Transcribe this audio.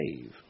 save